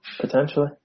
Potentially